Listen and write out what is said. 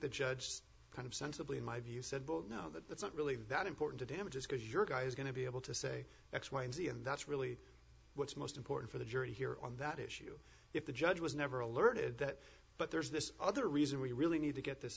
the judge kind of sensibly in my view said both know that that's not really that important to damages because your guy is going to be able to say x y and z and that's really what's most important for the jury here on that issue if the judge was never alerted that but there's this other reason we really need to get this